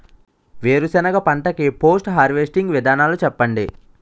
వేరుసెనగ పంట కి పోస్ట్ హార్వెస్టింగ్ విధానాలు చెప్పండీ?